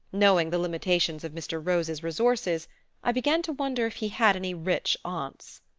knowing the limitations of mr. rose's resources i began to wonder if he had any rich aunts.